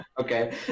Okay